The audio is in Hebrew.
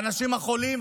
אנשים חולים,